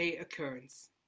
occurrence